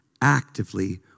actively